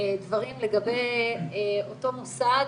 דברים לגבי אותו מוסד